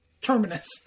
terminus